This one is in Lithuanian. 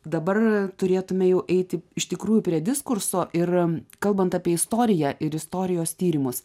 dabar turėtum jau eiti iš tikrųjų prie diskurso ir em kalbant apie istoriją ir istorijos tyrimus